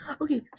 Okay